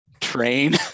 train